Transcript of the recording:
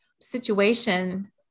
situation